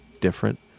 different